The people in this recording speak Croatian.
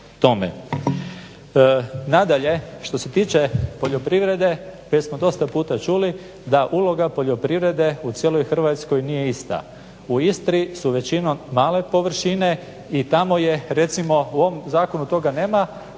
Nadalje, što se tiče poljoprivrede već smo dosta puta čuli da uloga poljoprivrede u cijeloj Hrvatskoj nije ista. U Istri su većinom male površine i tamo je recimo u ovom zakonu toga nema,